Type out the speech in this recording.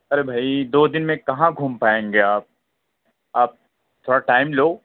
ارے بھائی دو دِن میں کہاں گھوم پائیں گے آپ آپ تھوڑا ٹائم لو